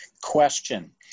Question